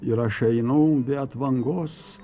ir aš einu be atvangos